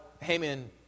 Haman